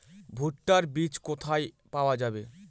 ভুট্টার বিজ কোথায় পাওয়া যাবে?